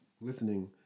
listening